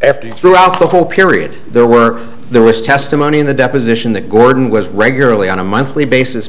f d a throughout the whole period there were there was testimony in the deposition that gordon was regularly on a monthly basis